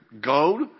gold